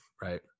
right